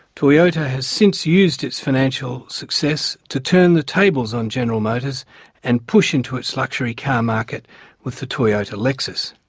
toyota has since used its financial success to turn the tables on general motors and push into its luxury car market with the toyota lexus.